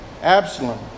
Absalom